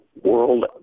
world